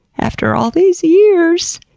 after all these years,